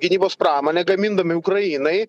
gynybos pramonę gamindami ukrainai